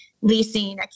leasing